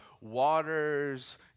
waters